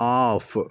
off